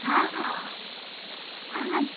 हँ हँ अहाँ